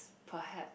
perhaps